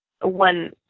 one